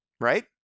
right